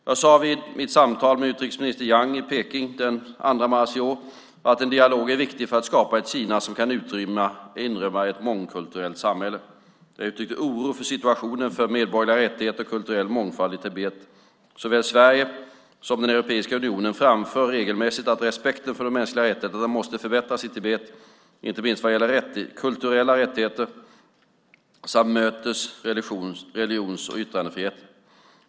Jag sade vid mitt samtal med utrikesminister Yang i Peking den 2 mars i år att en dialog är viktig för att skapa ett Kina som kan inrymma ett mångkulturellt samhälle. Jag uttryckte oro för situationen för MR och kulturell mångfald i Tibet. Såväl Sverige som Europeiska unionen framför regelmässigt att respekten för de mänskliga rättigheterna måste förbättras i Tibet, inte minst vad gäller kulturella rättigheter och mötes-, religions och yttrandefrihet.